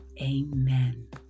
amen